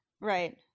Right